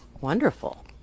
wonderful